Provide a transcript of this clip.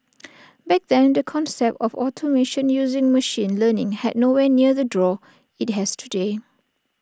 back then the concept of automation using machine learning had nowhere near the draw IT has today